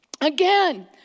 Again